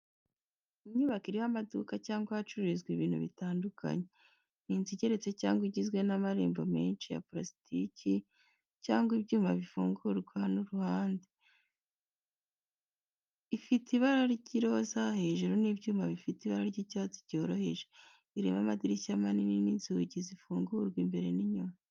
Inyubako iriho amaduka cyangwa ahacururizwa ibintu bitandukanye. Ni inzu igeretse cyangwa igizwe n’amarembo menshi ya purasitiki cyangwa ibyuma bifungurwa n’uruhande. Ifite ibara ry'iroza hejuru n’ibyuma bifite ibara ry’icyatsi cyoroheje. Irimo amadirishya manini n’inzugi zifungurwa imbere n’inyuma.